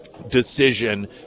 decision